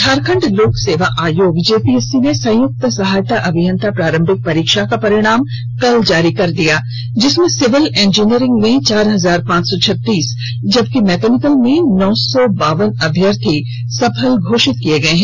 झारखंड लोक सेवा आयोग जेपीएससी ने संयुक्त सहायक अभियंता प्रारंभिक परीक्षा का परिणाम कल जारी कर दिया जिसमें सिविल इंजीनियरिंग में चार हजार पांच सौ छतीस जबकि मैकेनिकल में नौ सौ बावन अभ्यर्थी सफल घोषित किये गये हैं